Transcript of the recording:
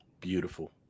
Beautiful